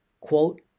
Quote